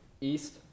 east